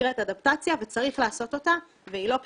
שנקראת אדפטציה וצריך לעשות אותה והיא לא פשוטה.